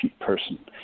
person